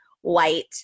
white